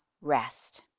rest